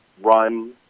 run